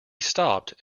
stopped